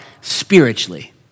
spiritually